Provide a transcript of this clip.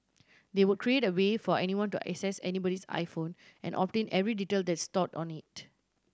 they would create a way for anyone to access anybody's iPhone and obtain every detail that's stored on it